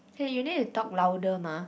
hey you need to talk louder ma